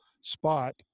spot